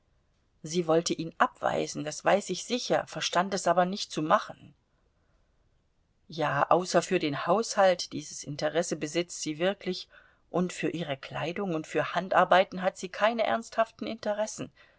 sie wollte ihn abweisen das weiß ich sicher verstand es aber nicht zu machen ja außer für den haushalt dieses interesse besitzt sie wirklich und für ihre kleidung und für handarbeiten hat sie keine ernsthaften interessen